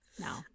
no